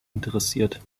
interessiert